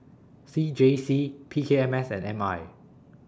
C J C P K M S and M I